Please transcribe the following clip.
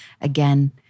again